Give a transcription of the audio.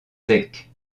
zec